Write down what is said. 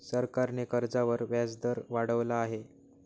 सरकारने कर्जावर व्याजदर वाढवला आहे